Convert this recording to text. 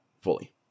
fully